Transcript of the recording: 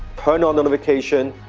turn on notification,